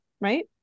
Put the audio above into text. right